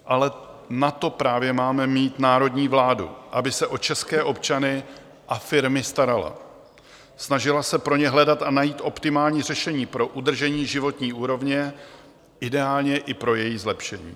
Ale na to právě máme mít národní vládu, aby se o české občany a firmy starala, snažila se pro ně hledat a najít optimální řešení pro udržení životní úrovně, ideálně i pro její zlepšení.